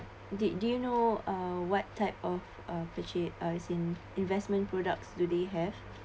did do you know uh what type of uh purchase uh is in investment products do they have